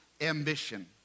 ambition